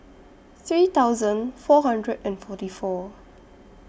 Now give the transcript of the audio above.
three thousand four hundred and forty four